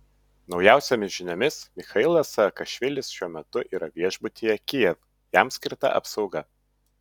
naujausiomis žiniomis michailas saakašvilis šiuo metu yra viešbutyje kijev jam skirta apsauga